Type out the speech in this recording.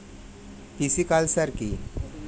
Pisciculture কি?